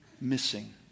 missing